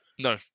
No